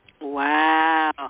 Wow